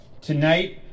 Tonight